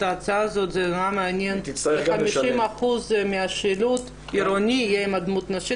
ההצעה הזו ש-50% מהשילוט העירוני יהיה עם דמות נשית.